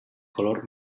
color